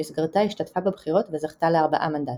במסגרתה השתתפה בבחירות וזכתה לארבעה מנדטים.